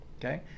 okay